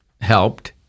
helped